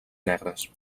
negres